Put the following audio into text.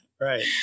Right